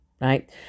Right